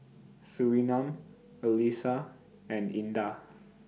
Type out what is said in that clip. Surinam Alyssa and Indah